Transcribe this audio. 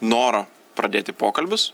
noro pradėti pokalbius